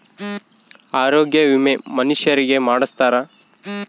ಆರೊಗ್ಯ ವಿಮೆ ಮನುಷರಿಗೇ ಮಾಡ್ಸ್ತಾರ